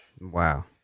Wow